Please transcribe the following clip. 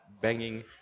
banging